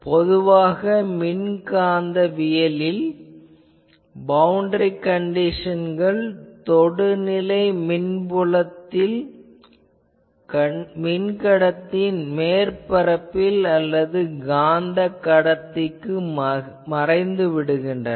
பொதுவாக மின்காந்தவியலில் பவுண்டரி கண்டிஷன்கள் தொடுநிலை மின் புலத்தில் மின் கடத்தியின் மேற்பரப்பில் அல்லது காந்த கடத்திக்கு மறைந்துவிடுகின்றன